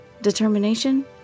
Determination